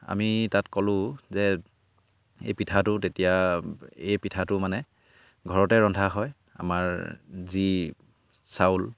আমি তাত ক'লো যে এই পিঠাটো তেতিয়া এই পিঠাটো মানে ঘৰতে ৰন্ধা হয় আমাৰ যি চাউল